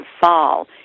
fall